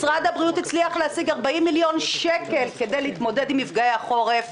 משרד הבריאות הצליח להשיג 40 מיליון שקל כדי להתמודד עם מפגעי החורף,